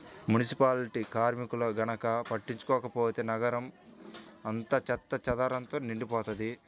municipality కార్మికులు గనక పట్టించుకోకపోతే నగరం అంతా చెత్తాచెదారంతో నిండిపోతది